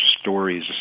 stories